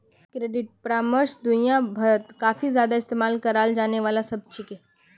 credit परामर्श दुनिया भरत काफी ज्यादा इस्तेमाल कराल जाने वाला शब्द छिके